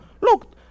Look